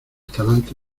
talante